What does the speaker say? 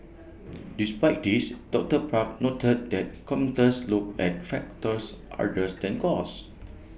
despite this doctor park noted that commuters look at factors others than cost